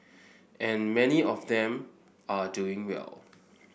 and many of them are doing well